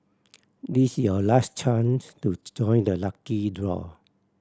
this is your last chance to join the lucky draw